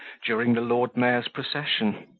during the lord mayor's procession.